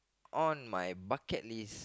on my bucket list